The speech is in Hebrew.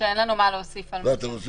אין לנו מה להוסיף על מה שנאמר.